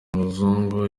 umuzungu